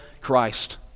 Christ